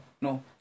no